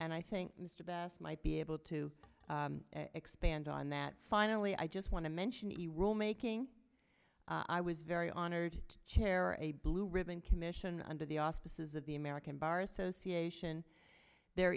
and i think mr best might be able to expand on that finally i just want to mention a rule making i was very honored to chair a blue ribbon commission under the auspices of the american bar association there